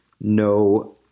No